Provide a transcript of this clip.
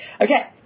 Okay